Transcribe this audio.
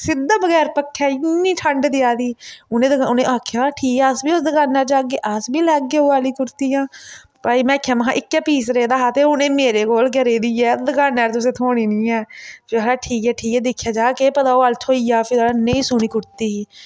सिद्धा बगैर पक्खै इ'न्नी ठंड देऐ दी उ'नें दे उ'नें आक्खेआ ठीक ऐ अस बी उस दकानै पर जाह्गे अस बी लैगे ओह् आह्ली कुर्तियां भाई में आक्खेआ महां इक्कै पीस रेह्दा हा ते हून एह् मेरे कोल गै रेह्दी ऐ दकानै पर तुसें थ्होनी नी ऐ आक्खै दे ठीक ऐ ठीक ऐ दिक्खेआ जाह्ग केह् पता ओह् आह्ली थ्होई जा फिलहाल नेही सोह्नी कुर्ती ही